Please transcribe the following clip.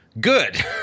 good